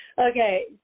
okay